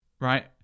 Right